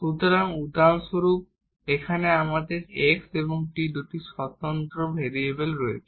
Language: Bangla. সুতরাং উদাহরণস্বরূপ এখানে আমাদের x এবং t এর দুটি ইন্ডিপেন্ডেন্ট ভেরিয়েবল রয়েছে